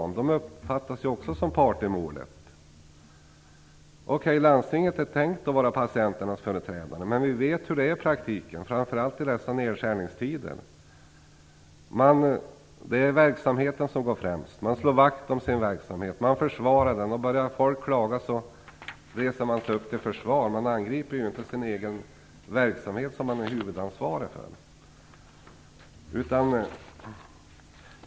Också de uppfattas som parter i målet. Man har visserligen tänkt att landstinget skall vara patienternas företrädare, men vi vet hur det är i praktiken, framför allt i dessa nedskärningstider. Det är verksamheten som går främst. Man slår vakt om sin verksamhet, och om folk börjar klaga, reser man sig upp till försvar. Man angriper inte sin egen verksamhet, som man är huvudansvarig för.